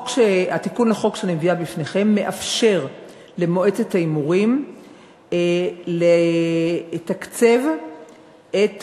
לפניכם מאפשר למועצת ההימורים לתקצב את הפעילויות,